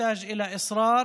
ונחישות כדי להשיג